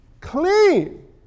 clean